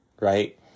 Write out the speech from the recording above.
right